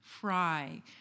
fry